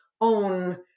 own